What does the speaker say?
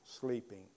sleeping